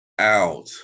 out